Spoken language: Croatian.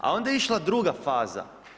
A onda je išla druga faza.